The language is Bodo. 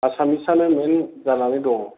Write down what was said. आसामिसआनो मेन जानानै दं